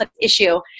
issue